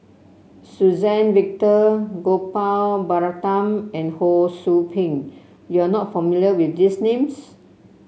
Suzann Victor Gopal Baratham and Ho Sou Ping you are not familiar with these names